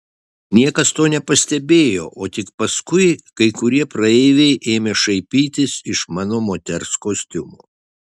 niekas to nepastebėjo o tik paskui kai kurie praeiviai ėmė šaipytis iš mano moters kostiumo